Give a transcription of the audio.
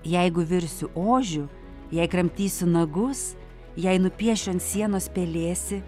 jeigu virsiu ožiu jei kramtysiu nagus jei nupiešiu ant sienos pelėsį